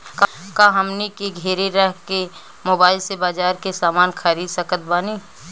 का हमनी के घेरे रह के मोब्बाइल से बाजार के समान खरीद सकत बनी?